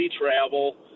travel